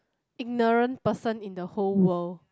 ignorant person in the whole world